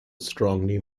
strongly